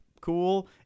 cool